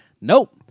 Nope